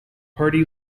party